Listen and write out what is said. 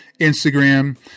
Instagram